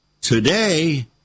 today